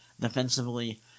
defensively